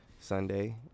Sunday